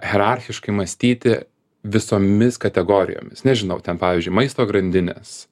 hierarchiškai mąstyti visomis kategorijomis nežinau ten pavyzdžiui maisto grandinės